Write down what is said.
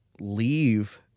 leave